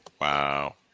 Wow